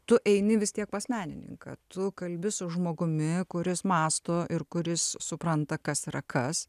tu eini vis tiek pas menininką tu kalbi su žmogumi kuris mąsto ir kuris supranta kas yra kas